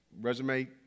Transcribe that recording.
resume